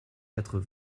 quatre